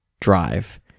drive